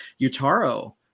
Utaro